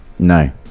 No